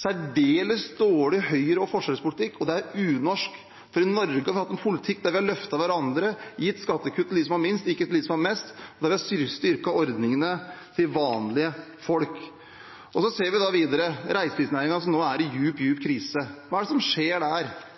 særdeles dårlig høyre- og forskjellspolitikk – og det er unorsk. For i Norge har vi hatt en politikk der vi har løftet hverandre, gitt skattekutt til dem som har minst, ikke til dem som har mest, og der vi har styrket ordningene til vanlige folk. Så ser vi videre reiselivsnæringen, som nå er i dyp, dyp krise. Hva er det som skjer der?